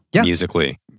Musically